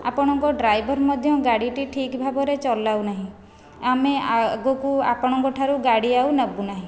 ଆପଣଙ୍କ ଡ୍ରାଇଭର ମଧ୍ୟ ଗାଡ଼ିଟି ଠିକ ଭାବରେ ଚଲାଉନାହିଁ ଆମେ ଆଗକୁ ଆପଣଙ୍କଠାରୁ ଗାଡ଼ି ଆଉ ନେବୁନାହିଁ